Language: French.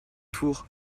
tour